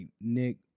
Nick